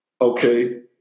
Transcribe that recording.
okay